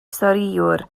storïwr